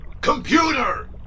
Computer